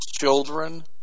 children